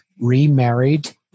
remarried